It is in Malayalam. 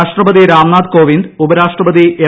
രാഷ്ട്രപതി രാംനാഥ് കോവിന്ദ് ഉപരാഷ്ട്രപതി എം